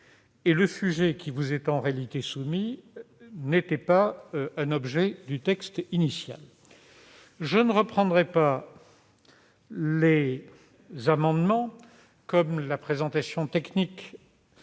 et le sujet qui vous est en réalité soumis n'était pas un objet du texte initial. Je ne reviendrai pas sur les amendements ni sur la présentation technique